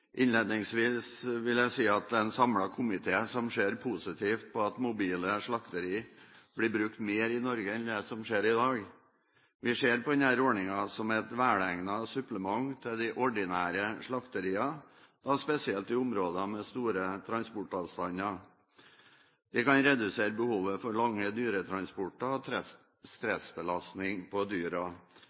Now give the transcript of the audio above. Innledningsvis vil jeg si at det er en samlet komité som ser positivt på at mobile slakterier blir brukt mer i Norge enn det som skjer i dag. Vi ser på denne ordningen som et velegnet supplement til de ordinære slakteriene, da spesielt i områder med store transportavstander. De kan redusere behovet for lange dyretransporter og stressbelastningen på